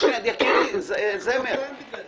אין מחלוקת על זה.